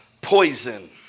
poison